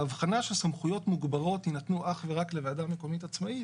הבחנה שסמכויות מוגברות יינתנו אך ורק לוועדה מקומית עצמאית.